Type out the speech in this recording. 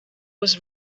was